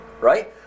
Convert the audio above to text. right